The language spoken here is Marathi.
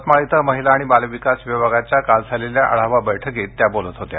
यवतमाळ इथं महिला आणि बालविकास विभागाच्या काल झालेल्या आढावा बैठकीत त्या बोलत होत्या